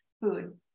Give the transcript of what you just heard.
food